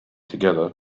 together